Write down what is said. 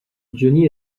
johnny